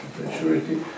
maturity